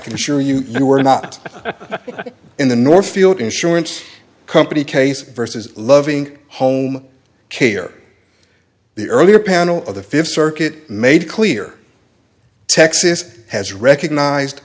can assure you you were not in the northfield insurance company case vs loving home care the earlier panel of the fifth circuit made clear texas has recognized